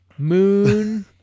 moon